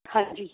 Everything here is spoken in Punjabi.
ਹਾਂਜੀ